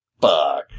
Fuck